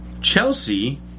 Chelsea